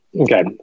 Okay